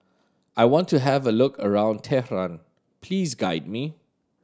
I want to have a look around Tehran please guide me